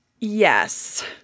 Yes